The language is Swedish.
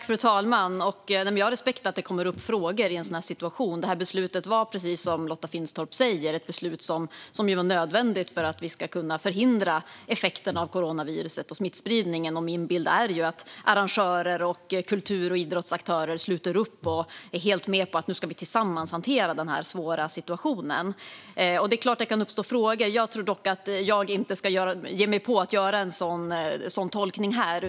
Fru talman! Jag har respekt för att det uppkommer frågor i en sådan situation. Detta beslut var, precis som Lotta Finstorp säger, nödvändigt för att vi ska kunna förhindra effekterna av coronaviruset och smittspridningen. Min bild är att arrangörer och kultur och idrottsaktörer sluter upp bakom detta och är helt med på att de tillsammans ska hantera denna svåra situation. Det är klart att det kan uppstå frågor. Jag tror dock inte att jag ska ge mig på att göra en sådan tolkning här.